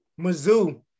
Mizzou